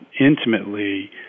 intimately